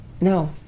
No